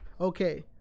Okay